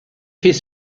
fait